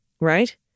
Right